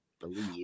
believe